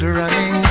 running